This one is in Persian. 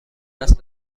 است